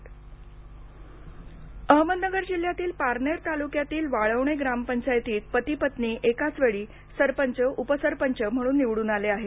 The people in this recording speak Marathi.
सरपंच अहमदनगर जिल्ह्यातील पारनेर तालुक्यातील वाळवणे ग्रामपंचायतीत पती पत्नी एकाच वेळी सरपंच उपसरपंच म्हणून निवडून आले आहेत